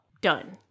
Done